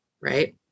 right